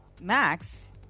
Max